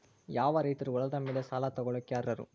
ಯಾವ ರೈತರು ಹೊಲದ ಮೇಲೆ ಸಾಲ ತಗೊಳ್ಳೋಕೆ ಅರ್ಹರು?